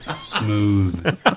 smooth